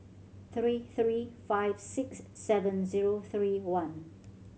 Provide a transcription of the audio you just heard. three three five six seven zero three one